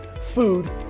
Food